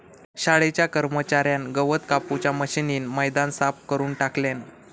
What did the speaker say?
शाळेच्या कर्मच्यार्यान गवत कापूच्या मशीनीन मैदान साफ करून टाकल्यान